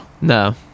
No